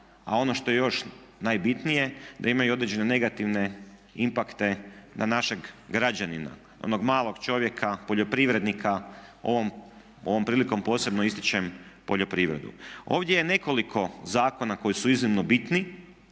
A ono što je još najbitnije da imaju određene negativne impakte na našeg građanina, onog malog čovjeka, poljoprivrednika. Ovom prilikom posebnom ističem poljoprivredu. Ovdje je nekoliko zakona koji su iznimni bitni